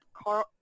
Carl